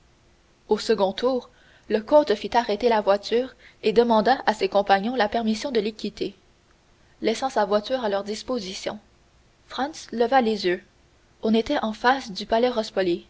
au second tour le comte fit arrêter la voiture et demanda à ses compagnons la permission de les quitter laissant sa voiture à leur disposition franz leva les yeux on était en face du